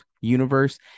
universe